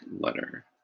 letter